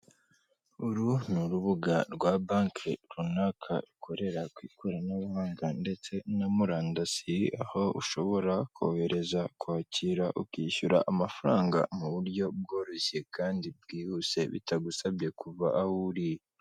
Uru ni urubuga rwa bank runaka rukorera ku ikoranabuhanga ndetse na murandasi, aho ushobora kohereza, kwakira, ukishyura amafaranga mu buryo bworoshye kandi bwihuse bitagusabye kuva aho uhereriye.